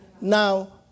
Now